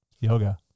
Yoga